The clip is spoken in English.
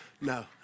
no